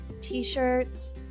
t-shirts